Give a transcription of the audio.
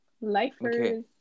Lifers